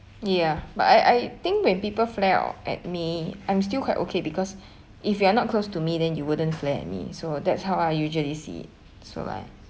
ya but I I think when people flare at me I'm still quite okay because if you are not close to me then you wouldn't flare at me so that's how I usually see so like